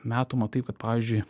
metų matai kad pavyzdžiui